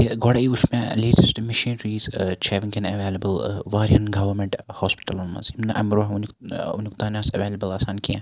کہِ گۄڈے وٕچھ مےٚ لیٹیٚسٹ مِشیٖنریٖز چھے وٕنکٮ۪ن ایویلیبل واریہَن گَوَمیٚنٹ ہوسپِٹَلَن مَنٛز یِم نہٕ امہِ برونٛہہ وٕنیُک تانۍ آسہِ ایویلیبل آسان کینٛہہ